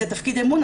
זה תפקיד אמון,